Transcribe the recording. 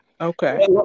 Okay